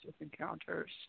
encounters